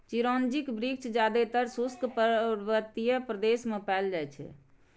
चिरौंजीक वृक्ष जादेतर शुष्क पर्वतीय प्रदेश मे पाएल जाइ छै